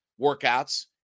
workouts